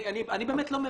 אני באמת לא מבין.